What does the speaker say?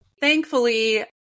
thankfully